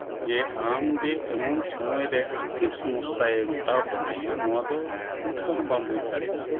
ᱡᱮ ᱟᱢ ᱡᱮ ᱮᱢᱚᱱ ᱥᱚᱢᱚᱭ ᱨᱮ ᱟᱨᱛᱷᱤᱠ ᱥᱚᱢᱚᱥᱥᱟᱭᱮ ᱢᱮᱴᱟᱣ ᱛᱟᱢᱟᱭᱮ ᱱᱚᱣᱟ ᱫᱚ ᱢᱚᱴᱷᱮ ᱦᱚᱸ ᱵᱟᱢ ᱵᱩᱡᱽ ᱫᱟᱲᱮᱭᱟᱜᱼᱟ